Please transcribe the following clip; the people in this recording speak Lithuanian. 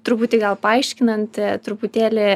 truputį gal paaiškinant truputėlį